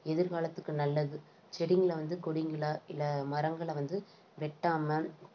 எதிர்காலத்துக்கு நல்லது செடிங்களை வந்து கொடிங்களை இல்லை மரங்களை வந்து வெட்டாமல்